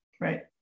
Right